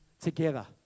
together